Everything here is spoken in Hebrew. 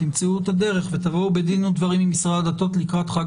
תמצאו את הדרך ותבואו בדין ודברים עם משרד הדתות לקראת חג